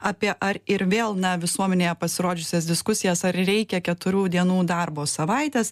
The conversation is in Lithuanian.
apie ar ir vėl visuomenėje pasirodžiusias diskusijas ar reikia keturių dienų darbo savaitės